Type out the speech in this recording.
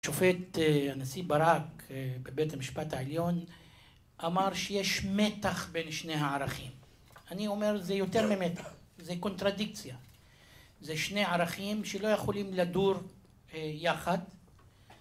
שופט הנשיא ברק בבית המשפט העליון אמר שיש מתח בין שני הערכים. אני אומר זה יותר ממתח, זה קונטרדיקציה. זה שני ערכים שלא יכולים לדור יחד.